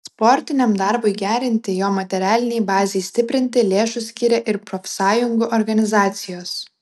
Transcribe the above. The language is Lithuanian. sportiniam darbui gerinti jo materialinei bazei stiprinti lėšų skyrė ir profsąjungų organizacijos